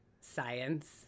science